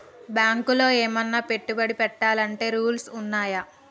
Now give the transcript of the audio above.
బ్యాంకులో ఏమన్నా పెట్టుబడి పెట్టాలంటే రూల్స్ ఉన్నయా?